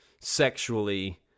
sexually